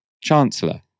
chancellor